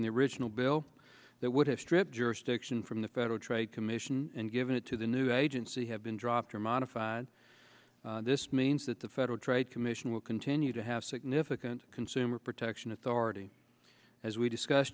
n the original bill that would have stripped jurisdiction from the federal trade commission and given it to the new agency have been dropped or modified this means that the federal trade commission will continue to have significant consumer protection authority as we discuss